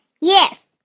Yes